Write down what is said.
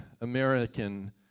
American